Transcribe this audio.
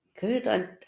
Good